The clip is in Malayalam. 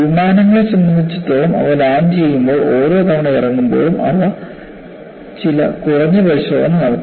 വിമാനങ്ങളെ സംബന്ധിച്ചിടത്തോളം അവ ലാൻഡുചെയ്യുമ്പോൾ ഓരോ തവണ ഇറങ്ങുമ്പോഴും അവ ചില കുറഞ്ഞ പരിശോധന നടത്തുന്നു